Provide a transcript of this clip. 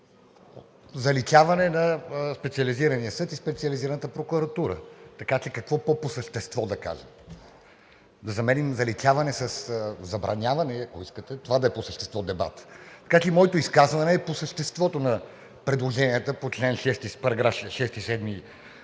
заличаване на Специализирания съд и Специализираната прокуратура. Така че какво пó по същество да кажем? Заменяме „заличаване“ със „забраняване“ – ако искате това да е по същество дебатът. Така че моето изказване е по съществото на предложенията по параграфи